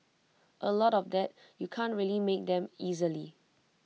A lot of that you can't really make them easily